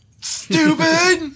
stupid